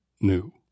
new